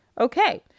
okay